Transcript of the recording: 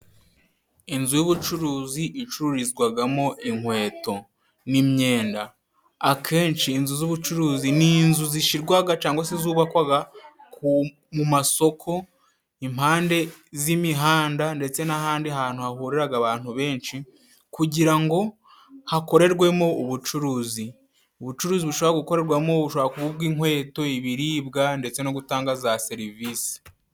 Inzu y'ubucuruzi icururizwamo inkweto n'imyenda, akenshi inzu z'ubucuruzi ni inzu zishyirwa cyangwa se zubakwa ku mu masoko, impande y'imihanda ndetse n'ahandi hantu hahurira abantu benshi kugira ngo hakorerwemo ubucuruzi. Ubucuruzi bushobora gukorwamo bushobora kuba ubw'inkweto, ibiribwa ndetse no gutanga za serivisi.